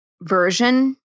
version